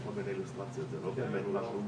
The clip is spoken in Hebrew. הדבר יפה לא רק לסח'נין אלא לכל יישובי